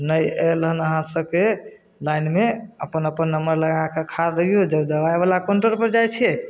नहि आएल हन अहाँ सभके लाइनमे अपन अपन नम्बर लगाके खड़ा रहिऔ जब दवाइवला काउण्टरपर जाइ छिए